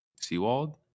Seawald